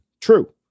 True